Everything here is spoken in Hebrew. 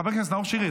חבר הכנסת נאור שירי,